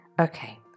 Okay